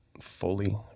fully